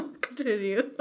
continue